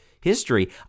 history